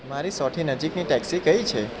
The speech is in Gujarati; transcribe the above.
મારી સૌથી નજીકની ટેક્સી કઈ છે